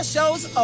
Shows